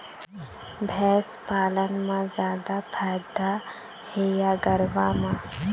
भैंस पालन म जादा फायदा हे या गरवा म?